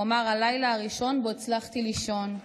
הוא אמר: הלילה הראשון שבו הצלחתי לישון,